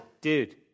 dude